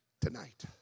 tonight